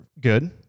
good